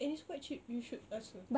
and it's quite cheap you should ask her